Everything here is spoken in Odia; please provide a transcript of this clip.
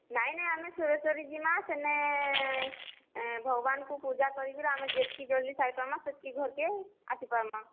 ନାଇଁ ନାଇଁ ଆମେ ସୁରେଶ୍ୱରୀ ଜିମା ସେନେ ଭଗବାନଙ୍କୁ ପୂଜା କରିକିରି ଆମେ ଯେତିକି ଜଲ୍ଦି ସାରିଦେମା ସେତିକି ଘରକେ ଆସି ପାରମା